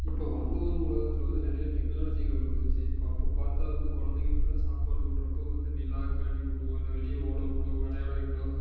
இப்போது வளர்ந்து வரும் உலகத்தில் வந்து நிறைய டெக்னாலஜிகள் வந்துச்சு இப்போது அப்போது பார்த்தா வந்து கொழந்தைகளுக்கெல்லாம் சாப்பாடு ஊட்டுறப்போ வந்து நிலா காட்டி ஊட்டுவோம் இல்லை வெளியே ஓட விட்டோ விளையாட விட்டோ